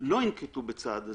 לא ינקטו בצעד הזה.